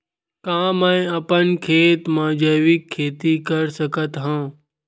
का मैं अपन खेत म जैविक खेती कर सकत हंव?